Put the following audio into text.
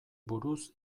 buruz